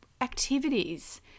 activities